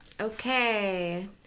Okay